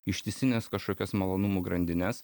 ištisines kažkokias malonumų grandines